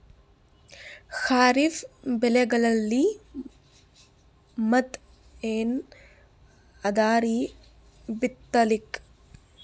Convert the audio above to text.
ಖರೀಫ್ ಬೆಳೆಗಳಲ್ಲಿ ಮತ್ ಏನ್ ಅದರೀ ಬಿತ್ತಲಿಕ್?